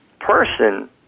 person